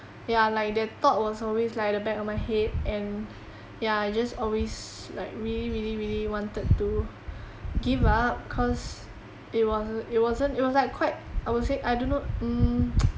ya like the thought was always like at the back of my head and ya I just always like really really really wanted to give up cause it wasn~ it wasn't it was like quite I would say I do not um